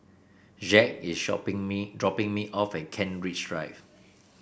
Jacques is shopping me dropping me off at Kent Ridge Drive